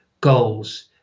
goals